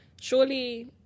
Surely